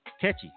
catchy